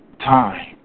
Time